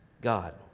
God